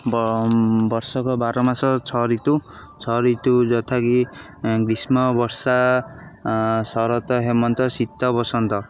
ବ ବର୍ଷକ ବାର ମାସ ଛଅ ଋତୁ ଛଅ ଋତୁ ଯଥାକି ଗ୍ରୀଷ୍ମ ବର୍ଷା ଶରତ ହେମନ୍ତ ଶୀତ ବସନ୍ତ